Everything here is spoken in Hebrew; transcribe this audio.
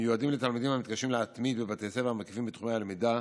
המיועדים לתלמידים המתקשים להתמיד בבתי הספר המקיפים בתחומי הלמידה,